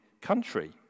country